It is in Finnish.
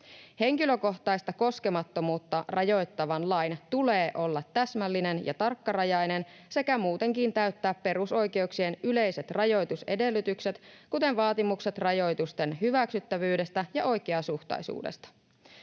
Henkilökohtaista koskemattomuutta rajoittavan lain tulee olla täsmällinen ja tarkkarajainen sekä muutenkin täyttää perusoikeuksien yleiset rajoitusedellytykset, kuten vaatimukset rajoitusten hyväksyttävyydestä ja oikeasuhtaisuudesta.